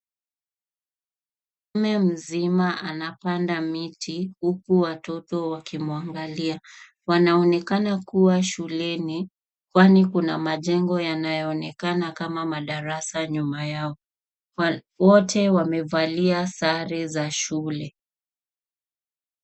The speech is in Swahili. Mwanamme mzima anapanda miti, huku watoto wanamwangalia. Wanaonekana kua shuleni, kwani kuna majengo yanayoonekana kama madarasa nyuma yao. Wote wamevalia sare za shule.